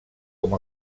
com